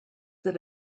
that